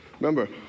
Remember